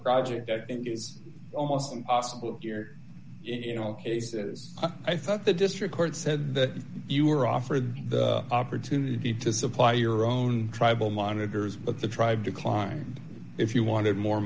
project i think is almost impossible here in all cases i thought the district court said that you were offered the opportunity to supply your own tribal monitors but the tribe declined if you wanted more